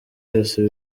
yose